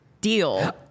deal